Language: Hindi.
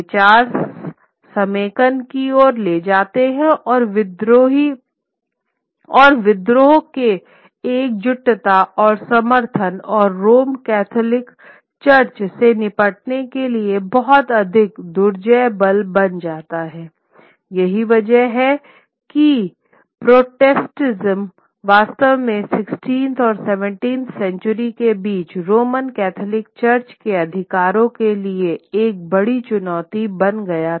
तो विचार समेकन की ओर ले जाते हैं और विद्रोह में एकजुटता और समर्थन और रोमन कैथोलिक चर्च से निपटने के लिए बहुत अधिक दुर्जेय बल बन जाता है यही वजह है कि प्रोटेस्टेंटिज़्म वास्तव में 16 वीं और 17 वीं शताब्दी के बीच रोमन कैथोलिक चर्च के अधिकार के लिए एक बड़ी चुनौती बन गया